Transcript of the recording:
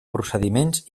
procediments